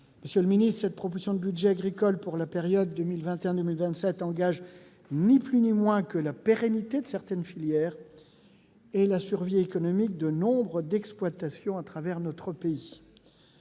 Monsieur le ministre, cette proposition de budget agricole pour la période 2021-2027 n'engage ni plus ni moins que la pérennité de certaines filières et la survie économique de nombre d'exploitations à travers notre pays.